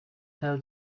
tell